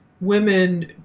women